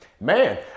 Man